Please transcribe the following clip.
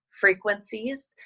frequencies